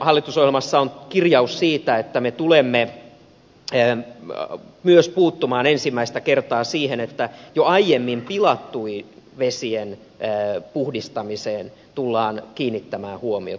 hallitusohjelmassa on kirjaus siitä että me tulemme myös puuttumaan ensimmäistä kertaa siihen että jo aiemmin pilattujen vesien puhdistamiseen tullaan kiinnittämään huomiota